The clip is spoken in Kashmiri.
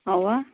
آ